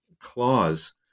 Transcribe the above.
clause